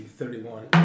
thirty-one